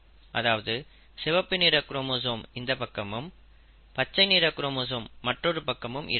அதாவது சிவப்பு நிற குரோமோசோம் இந்தப் பக்கமும் பச்சை நிற குரோமோசோம் மற்றொரு பக்கமும் இருக்கலாம்